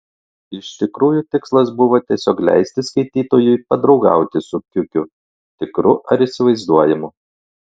iš tikrųjų tikslas buvo tiesiog leisti skaitytojui padraugauti su kiukiu tikru ar įsivaizduojamu